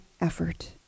effort